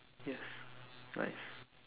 yes twice